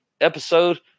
episode